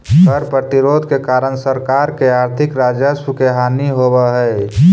कर प्रतिरोध के कारण सरकार के आर्थिक राजस्व के हानि होवऽ हई